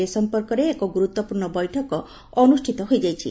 ଏ ସଂପର୍କରେ ଏକ ଗୁରୁତ୍ୱପୂର୍ଣ୍ଣ ବୈଠକ ଅନୁଷ୍ତିତ ହୋଇଯାଇଛି